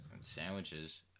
Sandwiches